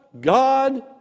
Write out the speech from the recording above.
God